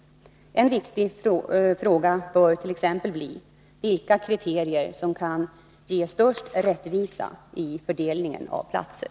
En viktig fråga bör t.ex. bli vilka kriterier som kan ge störst rättvisa vid fördelningen av platser.